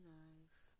nice